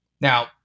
Now